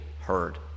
heard